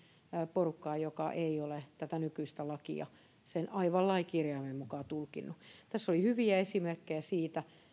porukkaan joka ei ole tätä nykyistä lakia aivan lain kirjaimen mukaan tulkinnut tässä oli hyviä esimerkkejä siitä